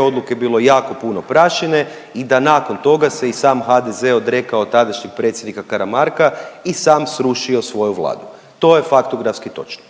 odluke bilo jako puno prašine i da nakon toga se i sam HDZ odrekao tadašnjeg predsjednika Karamarka i sam srušio svoju Vladu. To je faktografski točno.